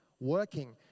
Working